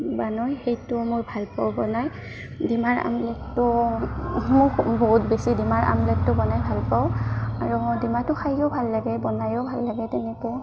বনায় সেইটো মোৰ ভাল পাওঁ বনাই ডিমাৰ আমলেটটো মোৰ বহুত বেছি ডিমাৰ আমলেটটো বনাই ভাল পাওঁ আৰু ডিমাটো খাইও ভাল লাগে বনায়ো ভাল লাগে তেনেকৈ